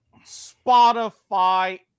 Spotify